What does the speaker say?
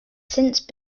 since